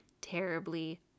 terribly